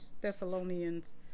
Thessalonians